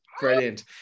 brilliant